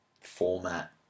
format